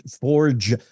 forge